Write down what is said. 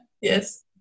yes